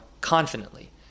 confidently